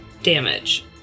damage